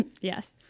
Yes